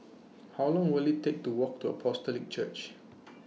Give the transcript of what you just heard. How Long Will IT Take to Walk to Apostolic Church